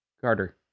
Carter